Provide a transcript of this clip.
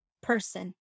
person